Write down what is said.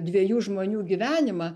dviejų žmonių gyvenimą